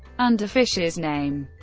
under fischer's name